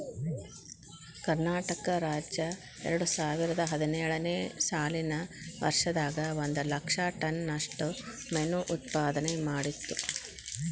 ಕರ್ನಾಟಕ ರಾಜ್ಯ ಎರಡುಸಾವಿರದ ಹದಿನೇಳು ನೇ ಸಾಲಿನ ವರ್ಷದಾಗ ಒಂದ್ ಲಕ್ಷ ಟನ್ ನಷ್ಟ ಮೇನು ಉತ್ಪಾದನೆ ಮಾಡಿತ್ತು